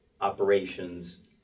operations